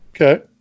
Okay